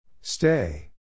Stay